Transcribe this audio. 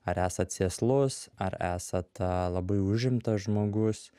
ar esat sėslus ar esat labai užimtas žmogus